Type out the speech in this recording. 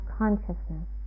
consciousness